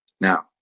Now